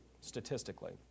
statistically